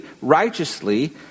righteously